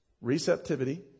Receptivity